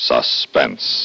Suspense